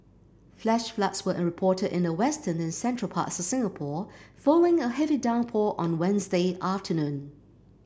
flash floods were reported in the western and central parts of Singapore following a heavy downpour on Wednesday afternoon